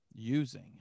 Using